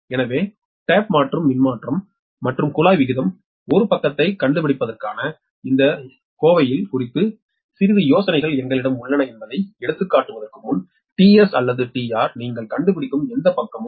எனவே தட்டு மாற்றும் மின்மாற்றி மற்றும் குழாய் விகிதம் 1 பக்கத்தைக் கண்டுபிடிப்பதற்கான இந்த வெளிப்பாடு குறித்து சிறிது யோசனைகள் எங்களிடம் உள்ளன என்பதை எடுத்துக்காட்டுவதற்கு முன் 𝒕𝑺 𝒐r 𝒕𝑹 நீங்கள் கண்டுபிடிக்கும் எந்தப் பக்கமும்